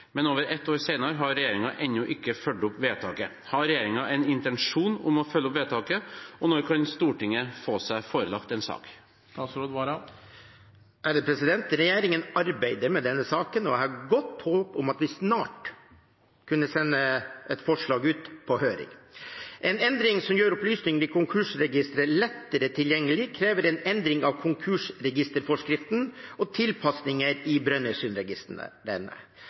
Men over ett år senere har regjeringen enda ikke fulgt opp vedtaket. Har regjeringen en intensjon om å følge opp vedtaket, og når kan Stortinget forvente å få seg forelagt en sak?» Regjeringen arbeider med denne saken, og jeg har godt håp om at vi snart vil kunne sende et forslag ut på høring. En endring som gjør opplysninger i konkursregisteret lettere tilgjengelig, krever en endring av konkursregisterforskriften og tilpasninger i